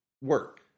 work